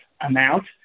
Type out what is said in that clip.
amount